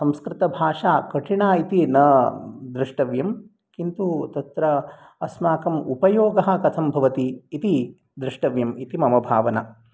संस्कृतभाषा कठिना इति न दृष्टव्यं किन्तु तत्र अस्माकम् उपयोगः कथं भवति इति दृष्टव्यम् इति मम भावना